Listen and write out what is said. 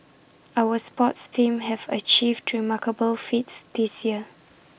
our sports teams have achieved remarkable feats this year